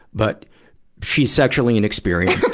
but she's sexually inexperienced.